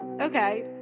okay